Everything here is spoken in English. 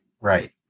Right